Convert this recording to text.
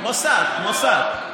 מוסד, מוסד.